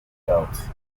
health